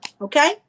okay